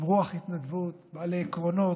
עם רוח התנדבות, בעלי עקרונות,